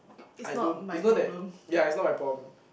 I don't yours know that ya it's not my problem